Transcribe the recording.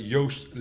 Joost